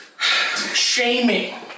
shaming